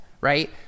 right